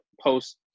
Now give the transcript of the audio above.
post